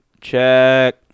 Check